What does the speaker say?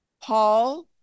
Paul